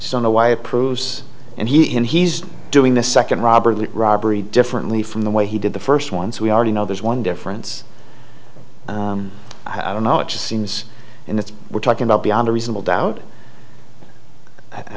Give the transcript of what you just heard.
why approves and he's doing the second robert robbery differently from the way he did the first one so we already know there's one difference i don't know it just seems and it's we're talking about beyond a reasonable doubt i